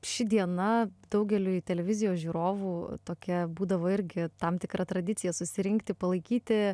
ši diena daugeliui televizijos žiūrovų tokia būdavo irgi tam tikra tradicija susirinkti palaikyti